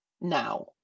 now